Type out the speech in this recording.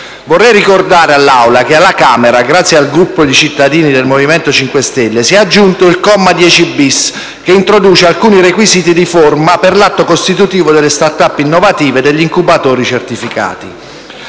Vorrei ricordare all'Assemblea che alla Camera, grazie al Gruppo dei cittadini del Movimento 5 Stelle, si è aggiunto il comma 10*-bis*, che introduce alcuni requisiti di forma per l'atto costitutivo delle *start-up* innovative e degli incubatori certificati.